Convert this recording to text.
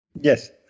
Yes